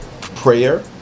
prayer